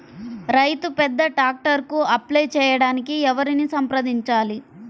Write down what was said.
రైతు పెద్ద ట్రాక్టర్కు అప్లై చేయడానికి ఎవరిని సంప్రదించాలి?